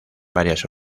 varias